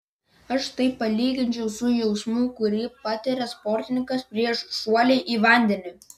aš tai palyginčiau su jausmu kurį patiria sportininkas prieš šuolį į vandenį